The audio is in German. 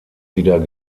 wieder